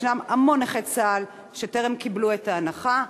יש המון נכי צה"ל שטרם קיבלו את ההנחה.